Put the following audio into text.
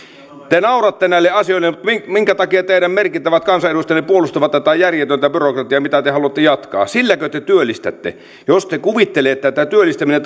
te nauratte näille asioille minkä takia teidän merkittävät kansanedustajanne puolustavat tätä järjetöntä byrokratiaa mitä te haluatte jatkaa silläkö työllistätte jos te kuvittelette että työllistäminen